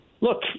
look